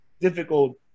difficult